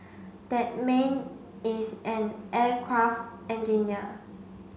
that man is an aircraft engineer